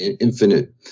infinite